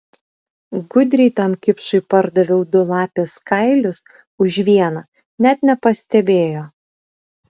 gudriai tam kipšui pardaviau du lapės kailius už vieną net nepastebėjo